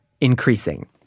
increasing